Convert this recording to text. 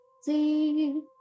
see